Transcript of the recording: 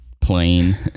plain